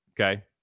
Okay